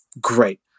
great